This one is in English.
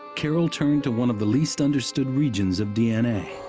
carroll turned to one of the least understood regions of d n a.